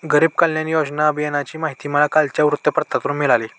गरीब कल्याण योजना अभियानाची माहिती मला कालच्या वर्तमानपत्रातून मिळाली